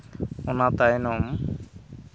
ᱚᱱᱟ ᱛᱟᱭᱱᱚᱢ